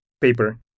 paper